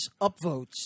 upvotes